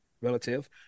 relative